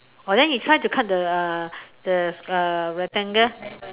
orh then you try to cut the uh the uh rectangle